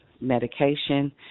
medication